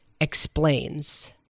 Explains